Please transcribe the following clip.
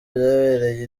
byabereye